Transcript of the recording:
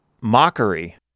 mockery